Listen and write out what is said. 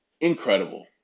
incredible